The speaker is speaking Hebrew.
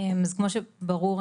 כמו שברור,